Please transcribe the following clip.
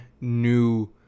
new